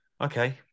Okay